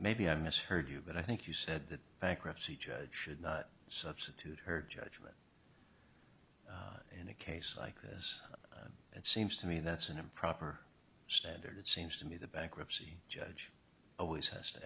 maybe i misheard you but i think you said that bankruptcy judge should not substitute her judgment in a case like this it seems to me that's an improper standard it seems to me the bankruptcy judge always has to